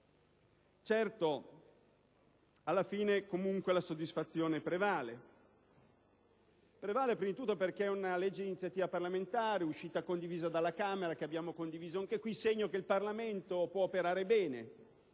Certo, alla fine comunque la soddisfazione prevale. Innanzitutto perché si tratta di una legge di iniziativa parlamentare, uscita condivisa dalla Camera e condivisa anche qui: segno che il Parlamento può operare bene